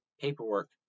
paperwork